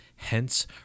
Hence